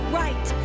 right